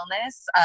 illness